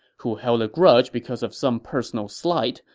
who held a grudge because of some personal slight,